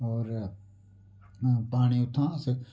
और पानी उत्थां अस